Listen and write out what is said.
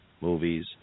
movies